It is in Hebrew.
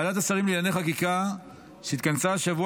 ועדת השרים לענייני חקיקה שהתכנסה השבוע